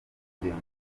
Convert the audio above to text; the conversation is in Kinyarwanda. kugenda